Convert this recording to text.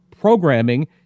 programming